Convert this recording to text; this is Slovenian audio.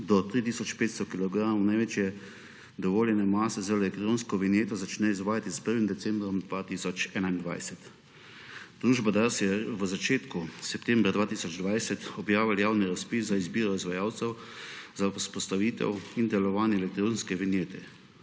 kilogramov največje dovoljene mase z elektronsko vinjeto začne izvajati s 1. decembrom 2021. Družba Dars je v začetku septembra 2020 objavila javni razpis za izbiro izvajalcev za vzpostavitev in delovanje elektronske vinjete.